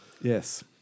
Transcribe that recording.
yes